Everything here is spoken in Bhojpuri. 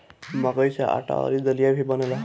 मकई से आटा अउरी दलिया भी बनेला